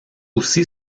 aussi